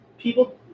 people